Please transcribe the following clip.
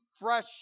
fresh